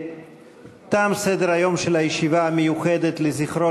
תם סדר-היום של הישיבה המיוחדת לזכרו